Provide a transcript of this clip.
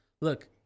look